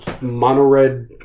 mono-red